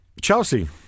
Chelsea